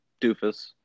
doofus